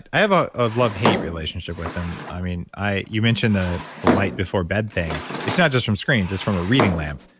i have ah a love hate relationship with them. i mean, you mentioned the the light before bed thing. it's not just from screens, it's from a reading lamp.